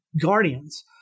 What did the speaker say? guardians